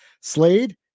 Slade